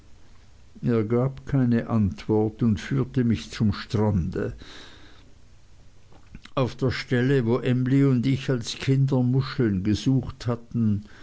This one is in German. er gab keine antwort und führte mich zum strande auf der stelle wo emly und ich als kinder muscheln gesucht hatten